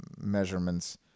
measurements